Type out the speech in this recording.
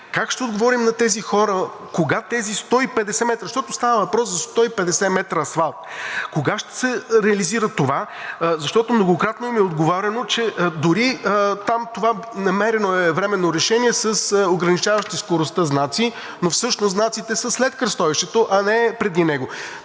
Как ще отговорим на тези хора кога тези 150 метра, защото става въпрос за 150 метра асфалт кога ще се реализира това? Защото многократно им е отговаряно, че дори там това – намерено е временно решение, с ограничаващи скоростта знаци, но всъщност знаците са след кръстовището, а не преди него.